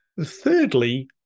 Thirdly